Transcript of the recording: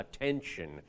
attention